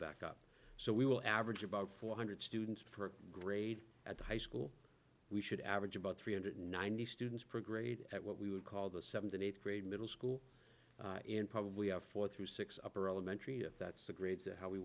back up so we will average about four hundred students for a grade at the high school we should average about three hundred ninety students per grade at what we would call the seventh and eighth grade middle school and probably have four through six upper elementary if that's the grades and how we